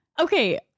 okay